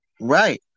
Right